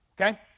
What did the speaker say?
Okay